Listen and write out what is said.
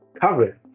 cover